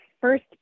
first